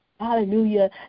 Hallelujah